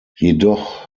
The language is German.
jedoch